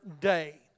day